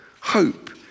hope